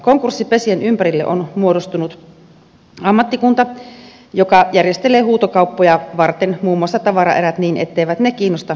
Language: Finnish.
konkurssipesien ympärille on muodostunut ammattikunta joka järjestelee huutokauppoja varten muun muassa tavaraerät niin etteivät ne kiinnosta ammatinharjoittajia huutamaan